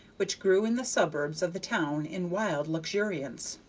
which grew in the suburbs of the town in wild luxuriance.